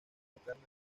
tocaron